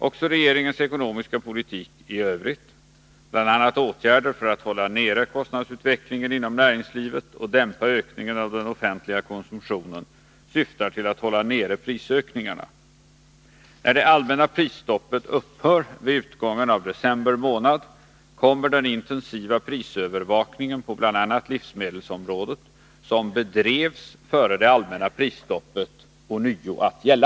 Också regeringens ekonomiska politik i övrigt — bl.a. åtgärder för att hålla nere kostnadsutvecklingen inom näringslivet och dämpa ökningen av den offentliga konsumtionen — syftar till att hålla nere prisökningarna. När det allmänna prisstoppet upphör vid utgången av december månad kommer den intensiva prisövervakningen på bl.a. livsmedelsområdet, som bedrevs före det allmänna prisstoppet, ånyo att gälla.